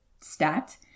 stat